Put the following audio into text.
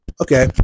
okay